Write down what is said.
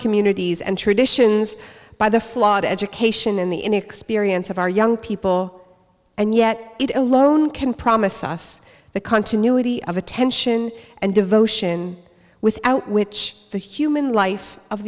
communities and traditions by the flawed education in the inexperience of our young people and yet it alone can promise us the continuity of attention and devotion without which the human life of